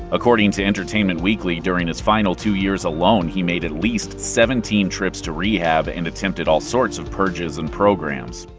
according to entertainment weekly, during his final two years alone he made at least seventeen trips to rehab, and attempted all sorts of purges and programs.